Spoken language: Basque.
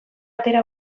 atera